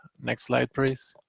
next slide, please.